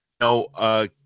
no